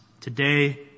today